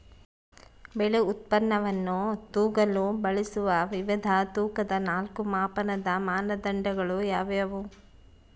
ಬೆಳೆ ಉತ್ಪನ್ನವನ್ನು ತೂಗಲು ಬಳಸುವ ವಿವಿಧ ತೂಕದ ನಾಲ್ಕು ಮಾಪನದ ಮಾನದಂಡಗಳು ಯಾವುವು?